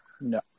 No